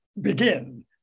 begin